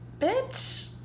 bitch